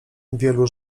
wielu